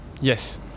Yes